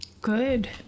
Good